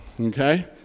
okay